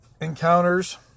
encounters